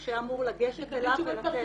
הם מקבלים הכשרות.